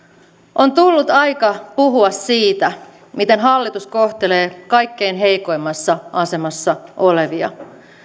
on tullut aika puhua siitä miten hallitus kohtelee kaikkein heikoimmassa asemassa olevia